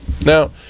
now